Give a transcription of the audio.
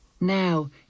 now